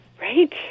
Right